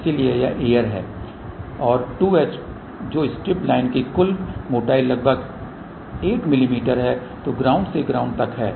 इसलिए यह एयर है और 2h जो स्ट्रिप लाइन की कुल मोटाई लगभग 8 मिमी है जो ग्राउंड से ग्राउंड तक है